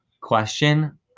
question